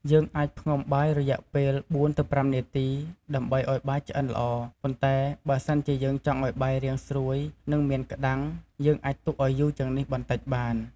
យើងអាចផ្ងំបាយរយៈពេល៤ទៅ៥នាទី ដើម្បីឱ្យបាយឆ្អិនល្អ ប៉ុន្តែ បើសិនជាយើងចង់ឱ្យបាយរាងស្រួយ និងមានក្ដាំង យើងអាចទុកឱ្យយូរជាងនេះបន្តិចបាន។